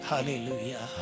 Hallelujah